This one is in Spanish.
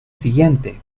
siguiente